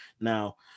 now